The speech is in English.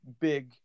big